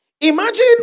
Imagine